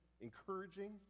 encouraging